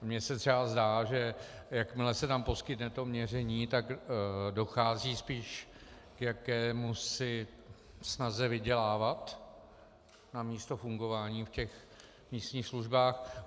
Mně se třeba zdá, že jakmile se tam poskytne to měření, tak dochází spíš k jakési snaze vydělávat namísto fungování v těch místních službách.